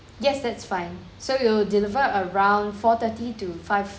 yes that's fine so we'll deliver around four thirty to five